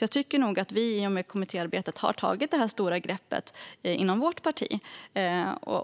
Jag tycker nog att vi i och med kommittéarbetet har tagit ett stort grepp inom vårt parti.